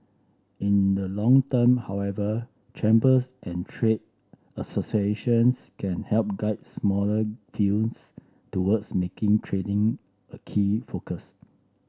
in the long term however chambers and trade associations can help guide smaller films towards making training a key focus